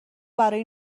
برای